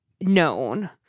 known